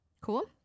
cool